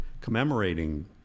commemorating